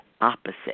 opposite